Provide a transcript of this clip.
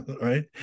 right